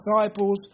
disciples